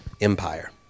empire